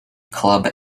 club